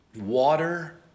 water